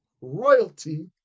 royalty